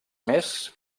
més